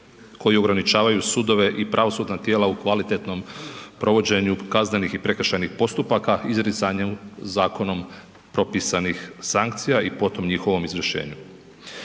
koji ograničavaju sudove i pravosudna tijela u kvalitetnom provođenju kaznenih i prekršajnih postupaka izricanju zakonom propisanih sankcija i potom njihovom izvršenju.